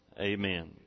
amen